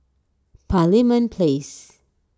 Parliament Place